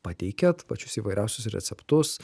pateikiat pačius įvairiausius receptus